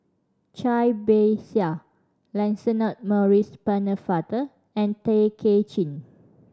Cai Bixia Lancelot Maurice Pennefather and Tay Kay Chin